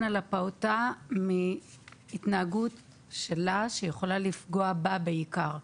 על הפעוטה מהתנהגות שלה שיכולה לפגוע בה בעיקר,